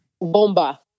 Bomba